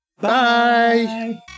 Bye